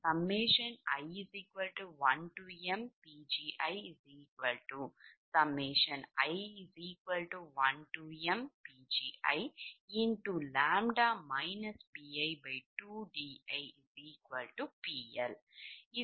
அது i1mPgii1mPgiʎ bi2diPL அது சமன்பாடு 45 ஆகும்